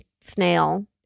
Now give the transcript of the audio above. snail